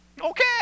Okay